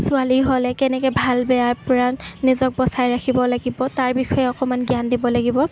ছোৱালী হ'লে কেনেকৈ ভাল বেয়া পৰা নিজক বচাই ৰাখিব লাগিব তাৰ বিষয়ে অকণমান জ্ঞান দিব লাগিব